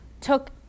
took